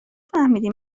فهمیدی